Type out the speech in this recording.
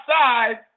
outside